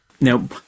Now